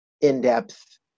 in-depth